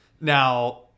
Now